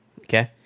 okay